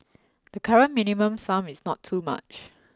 the current minimum sum is not too much